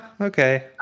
Okay